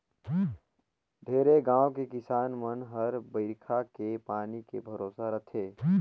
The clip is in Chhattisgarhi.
ढेरे गाँव के किसान मन हर बईरखा के पानी के भरोसा रथे